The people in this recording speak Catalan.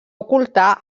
ocultar